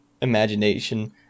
imagination